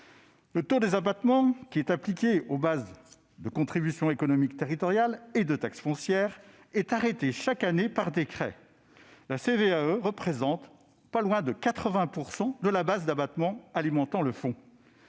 Le taux des abattements appliqués aux bases de contribution économique territoriale et de taxe foncière est arrêté, chaque année, par décret, la CVAE représentant pas loin de 80 % de la base d'abattement alimentant le fonds.